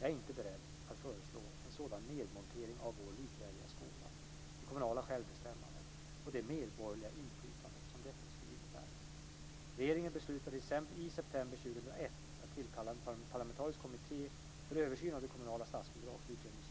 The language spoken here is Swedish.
Jag är inte beredd att föreslå en sådan nedmontering av vår likvärdiga skola, det kommunala självbestämmandet och det medborgerliga inflytandet som detta skulle kunna innebära. Regeringen beslutade i september 2001 att tillkalla en parlamentarisk kommitté för översyn av det kommunala statsbidrags och utjämningssystemet.